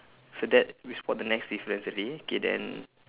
so that we spot the next difference already okay then